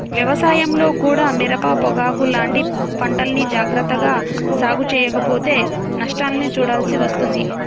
వ్యవసాయంలో కూడా మిరప, పొగాకు లాంటి పంటల్ని జాగర్తగా సాగు చెయ్యకపోతే నష్టాల్ని చూడాల్సి వస్తుంది